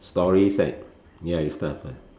stories like ya your stuff ah